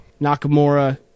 Nakamura